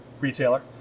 retailer